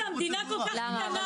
וחוץ מזה המדינה כל כך קטנה.